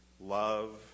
love